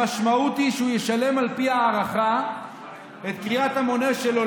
המשמעות היא שהוא ישלם על פי ההערכה את קריאת המונה שלו.